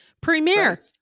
premiere